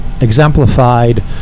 exemplified